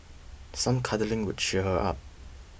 some cuddling could cheer her up